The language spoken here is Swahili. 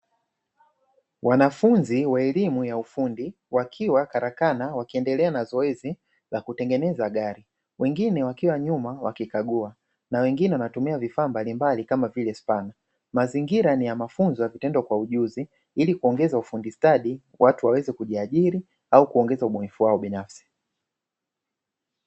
Wanafunzi wa elimu ya ufundi wakiwa karakana wakiendelea na zoezi la kutengeneza gari, wengine wakiwa nyuma wakikagua na wengine wanatumia vifaa mbalimbali kama vile spana. Mazingira ni ya mafunzo ya vitendo kwa ujuzi ili kuongeza ufundi stadi watu waweze kujiajiri au kuongeza ujuzi wao binafsi.